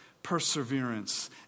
perseverance